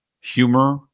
humor